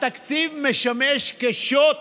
התקציב משמש כשוט